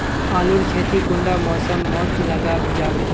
आलूर खेती कुंडा मौसम मोत लगा जाबे?